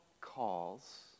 calls